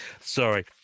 sorry